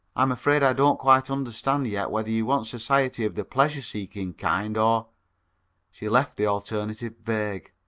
i'm afraid i don't quite understand yet whether you want society of the pleasure-seeking kind, or she left the alternative vague.